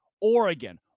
Oregon